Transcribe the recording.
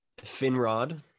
Finrod